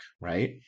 right